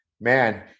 Man